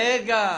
רגע, רגע.